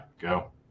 go